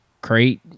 crate